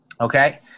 Okay